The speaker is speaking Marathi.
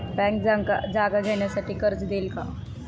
बँक जागा घेण्यासाठी कर्ज देईल का?